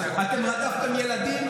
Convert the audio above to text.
אתם רדפתם ילדים,